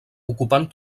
ocupant